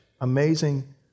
amazing